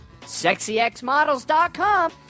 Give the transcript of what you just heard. sexyxmodels.com